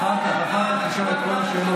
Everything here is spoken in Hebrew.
אחר כך, אחר כך תשאל את כל השאלות.